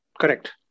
Correct